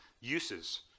uses